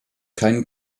keinen